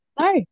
no